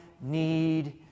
need